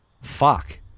fuck